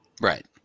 Right